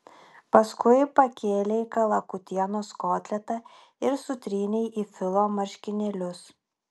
paskui pakėlei kalakutienos kotletą ir sutrynei į filo marškinėlius